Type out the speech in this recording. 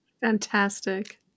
Fantastic